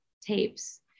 tapes